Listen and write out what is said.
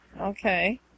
okay